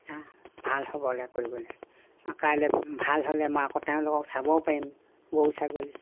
ভাল হ'বলৈ কৰিবলৈ কাইলৈ ভাল হ'লে মই আকৌ তেওঁলোকক চাবও পাৰিম গৰু ছাগলী